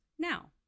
Now